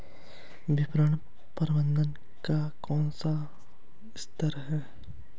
विपणन प्रबंधन का कौन सा स्तर है?